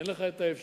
אין לך האפשרות